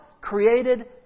created